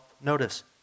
notice